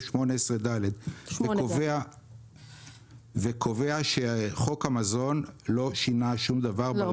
8 ד' וקובע שחוק המזון לא שינה שום דבר --- לא,